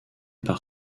par